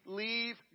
leave